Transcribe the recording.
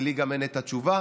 כי גם לי אין את התשובה,